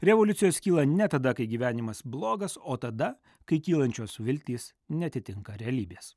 revoliucijos kyla ne tada kai gyvenimas blogas o tada kai kylančios viltys neatitinka realybės